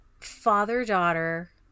father-daughter